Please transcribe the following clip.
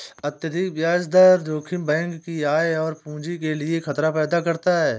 अत्यधिक ब्याज दर जोखिम बैंक की आय और पूंजी के लिए खतरा पैदा करता है